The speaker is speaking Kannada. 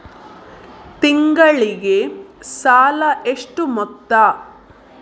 ತಿಂಗಳಿಗೆ ಸಾಲ ಎಷ್ಟು ಮೊತ್ತ?